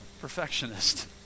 perfectionist